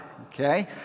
Okay